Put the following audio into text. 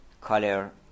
color